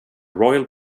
royal